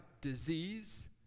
disease